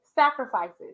sacrifices